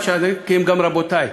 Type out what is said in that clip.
כי הם גם רבותי.